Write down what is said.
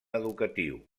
educatiu